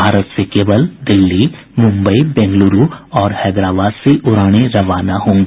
भारत से केवल दिल्ली मुंबई बेंगलुरु और हैदराबाद से उड़ानें रवाना होंगी